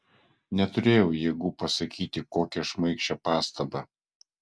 neturėjau jėgų pasakyti kokią šmaikščią pastabą